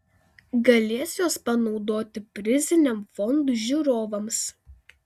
galės juos panaudoti priziniam fondui žiūrovams